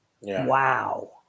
Wow